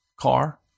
car